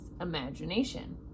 imagination